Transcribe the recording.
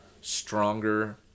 stronger